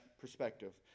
perspective